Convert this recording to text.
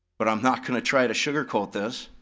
but i'm not gonna try to sugarcoat this.